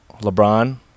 LeBron